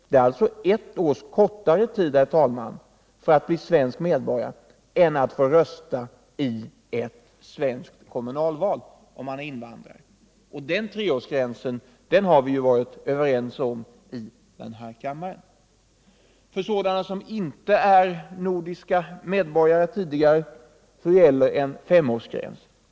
Det tar alltså ett års kortare tid, herr talman, att bli svensk medborgare än det tar att bli kvalificerad att rösta i ett svenskt kommunalval om man är invandrare. Den treårsgränsen har vi varit överens om i den här kammaren. För sådana som inte tidigare är nordiska medborgare gäller en femårsgräns.